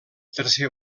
tercer